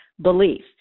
belief